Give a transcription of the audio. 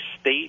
state